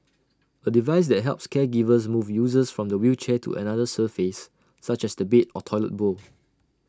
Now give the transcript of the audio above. A device that helps caregivers move users from the wheelchair to another surface such as the bed or toilet bowl